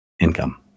income